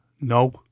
no